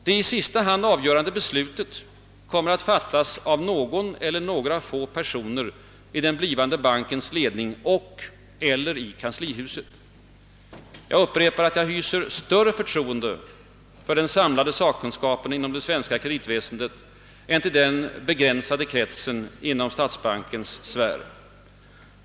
Det i sista hand avgörande beslutet kommer att fattas av någon eller några få personer i den blivande bankens ledning och/ eller i kanslihuset. Jag upprepar att jag hyser större förtroende för den samlade sakkunskapen inom det svenska kreditväsendet än för den begränsade kretsen inom statsbankens sfär.